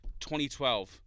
2012